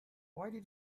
why